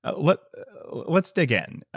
ah but let's dig in,